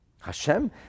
Hashem